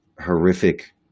horrific